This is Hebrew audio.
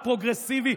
הפרוגרסיבי,